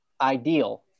ideal